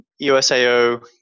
USAO